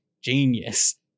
genius